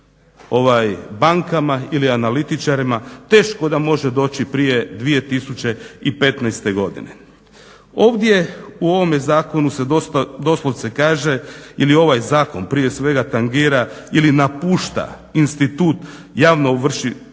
nekim bankama ili analitičarima teško da može doći prije 2015.godine. Ovdje u ovome zakonu se doslovce kaže ili ovaj zakon prije svega tangira ili napušta institut javnoovršiteljske